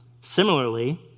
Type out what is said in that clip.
Similarly